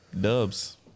dubs